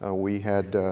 ah we had